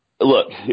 look